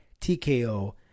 TKO